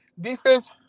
defense –